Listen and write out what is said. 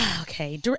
Okay